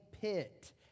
pit